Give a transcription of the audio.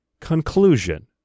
Conclusion